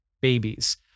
babies